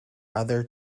other